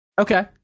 Okay